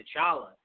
T'Challa